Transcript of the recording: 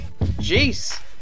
jeez